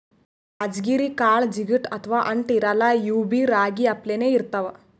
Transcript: ರಾಜಗಿರಿ ಕಾಳ್ ಜಿಗಟ್ ಅಥವಾ ಅಂಟ್ ಇರಲ್ಲಾ ಇವ್ಬಿ ರಾಗಿ ಅಪ್ಲೆನೇ ಇರ್ತವ್